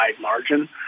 margin